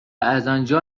ازآنجا